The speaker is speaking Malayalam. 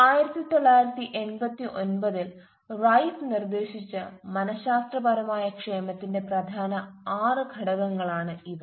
ആയിരത്തി തൊള്ളായിരത്തി എൺപത്തി ഒൻപതിൽ റൈഫ് നിർദ്ദേശിച്ച മന ശാസ്ത്രപരമായ ക്ഷേമത്തിന്റെ പ്രധാന 6 ഘടകങ്ങളാണ് ഇവ